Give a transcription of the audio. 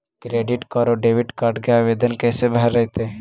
Credit और debit card के आवेदन कैसे भरैतैय?